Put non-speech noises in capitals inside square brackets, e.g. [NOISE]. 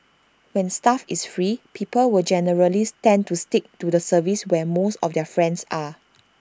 when stuff is free people will generally [UNINTELLIGIBLE] tend to stick to the service where most of their friends are